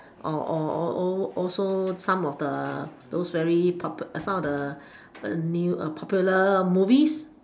or or or or also some of the those very pop~ some of the new popular movies